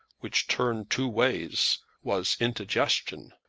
which turned two ways, was indigestion!